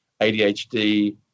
ADHD